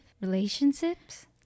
relationships